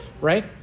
right